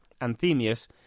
Anthemius